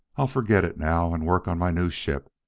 i'll forget it now, and work on my new ship.